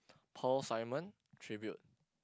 Paul-Simon tribute